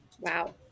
Wow